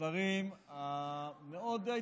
לדברים המאוד-מרגשים אפילו,